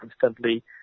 constantly